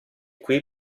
qui